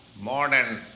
modern